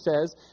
says